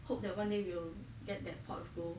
hope that one day we'll get that pot of gold